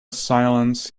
silence